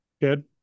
Good